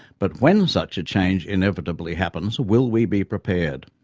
but when such a change inevitably happens, will we be prepared?